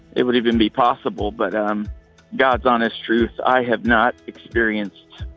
it would even be possible. but um god's honest truth. i have not experienced